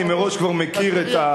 אני מראש כבר מכיר את,